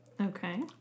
Okay